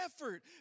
effort